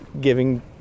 giving